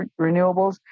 renewables